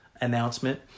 announcement